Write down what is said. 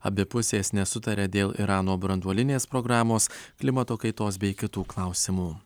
abi pusės nesutaria dėl irano branduolinės programos klimato kaitos bei kitų klausimų